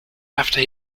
after